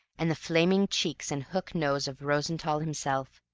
and the flaming cheeks and hook nose of rosenthall himself.